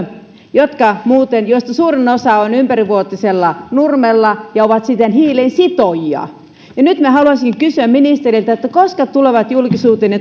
joista suurin osa on muuten ympärivuotisella nurmella ja jotka ovat siten hiilen sitojia ja nyt haluaisinkin kysyä ministeriltä koska tulevat julkisuuteen ne